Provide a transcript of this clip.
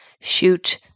Shoot